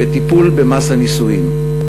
בטיפול ב"מס הנישואין".